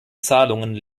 zahlungen